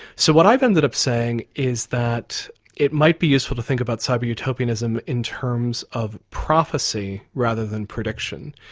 so what i've ended up saying is that it might be useful to think about cyber utopianism in terms of prophecy rather than prediction.